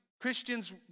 Christians